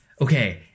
okay